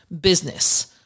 business